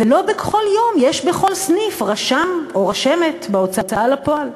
ולא בכל יום יש בכל סניף רשם או רשמת בהוצאה לפועל.